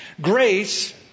Grace